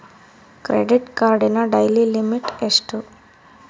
Credit ಕಾರ್ಡಿನ daily limit ಎಷ್ಟು?